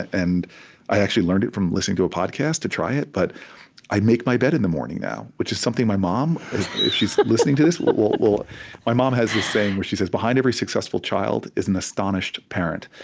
and i actually learned it from listening to a podcast, to try it. but i make my bed in the morning now, which is something my mom, if she's like listening to this, will will my mom has this saying where she says, behind every successful child is an astonished parent.